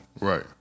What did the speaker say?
Right